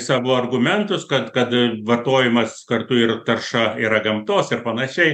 savo argumentus kad kad vartojimas kartu ir tarša yra gamtos ir panašiai